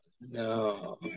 no